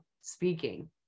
speaking